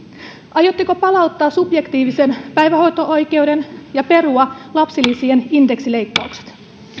aiotteko palauttaa subjektiivisen päivähoito oikeuden ja perua lapsilisien indeksileikkaukset